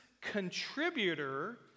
contributor